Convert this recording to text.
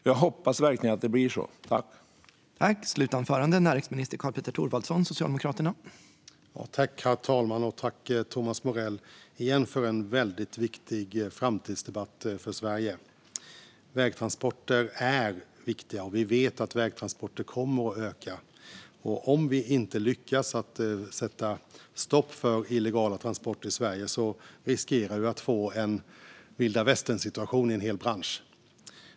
Jag hoppas verkligen att det blir så.